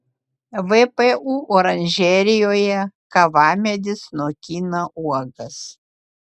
vpu oranžerijoje kavamedis nokina uogas